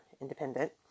independent